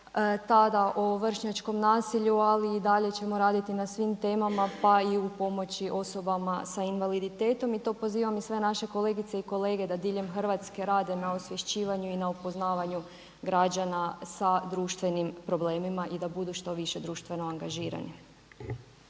tada o vršnjačkom nasilju. Ali i dalje ćemo raditi na svim temama, pa i u pomoći osobama sa invaliditetom. I to pozivam i sve naše kolegice i kolege da diljem Hrvatske rade na osvješćivanju i na upoznavanju građana sa društvenim problemima i da budu što više društveno angažirani.